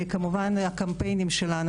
כמובן, הקמפיינים שלנו.